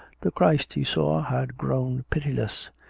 the christ he saw had grown pitiless.